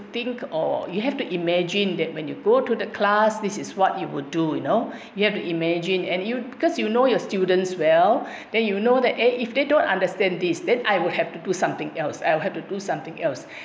think or you have to imagine that when you go to the class this is what you would do you know you have to imagine and you because you know your students well then you know that eh if they don't understand this then I will have to do something else I'll have to do something else